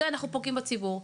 זה אנחנו פוגעים בציבור.